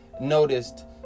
noticed